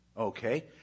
Okay